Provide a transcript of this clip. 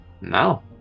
No